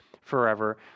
forever